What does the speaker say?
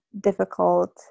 difficult